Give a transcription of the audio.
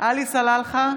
עלי סלאלחה,